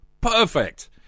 Perfect